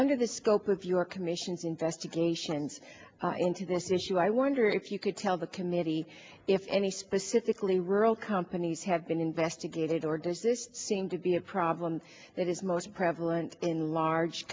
under the scope of your commission's investigations into this issue i wonder if you could tell the committee if any specifically rural companies have been investigated or does this seem to be a problem that is most prevalent in large